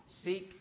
Seek